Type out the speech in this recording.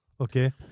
Okay